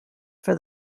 for